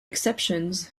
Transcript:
exceptions